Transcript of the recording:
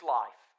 life